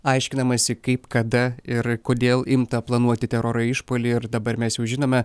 aiškinamasi kaip kada ir kodėl imta planuoti teroro išpuolį ir dabar mes jau žinome